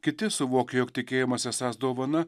kiti suvokia jog tikėjimas esąs dovana